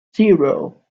zero